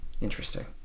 interesting